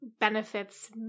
benefits